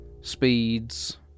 speeds